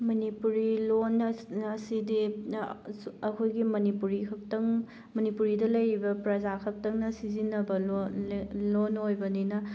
ꯃꯅꯤꯄꯨꯔꯤ ꯂꯣꯟ ꯑꯁꯤꯗꯤ ꯑꯩꯈꯣꯏꯒꯤ ꯃꯅꯤꯄꯨꯔꯤ ꯈꯛꯇꯪ ꯃꯅꯤꯄꯨꯔꯤꯗ ꯂꯩꯔꯤꯕ ꯄ꯭ꯔꯖꯥ ꯈꯛꯇꯪꯅ ꯁꯤꯖꯤꯟꯅꯕ ꯂꯣꯟ ꯂꯣꯟ ꯑꯣꯏꯕꯅꯤꯅ